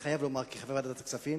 כחבר ועדת הכספים,